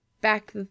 back